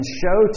show